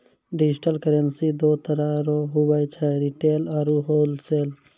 digital currency दो तरह रो हुवै छै रिटेल आरू होलसेल